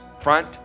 front